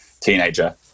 teenager